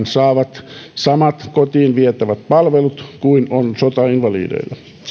saavat samat kotiin vietävät palvelut kuin on sotainvalideilla